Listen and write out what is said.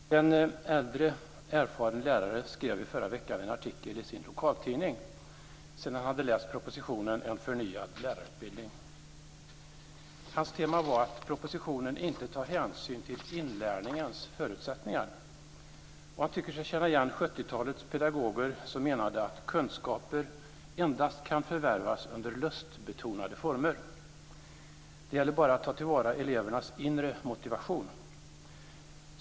Fru talman! En äldre erfaren lärare skrev i förra veckan en artikel i sin lokaltidning sedan han hade läst propositionen En förnyad lärarutbildning. Hans tema var att propositionen inte tar hänsyn till inlärningens förutsättningar. Han tycker sig känna igen 70-talets pedagoger som menade att kunskaper endast kan förvärvas under lustbetonade former. Det gäller bara att ta till vara elevernas inre motivation.